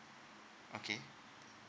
okay